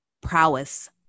prowess